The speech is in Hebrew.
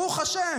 ברוך השם.